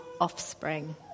offspring